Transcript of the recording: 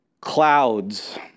clouds